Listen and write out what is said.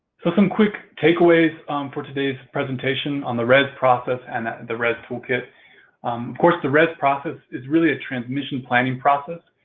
so, some quick takeaways for today's presentation on the rez process and the rez toolkit. of um course, the rez process is really a transmission planning process.